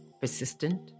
persistent